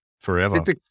forever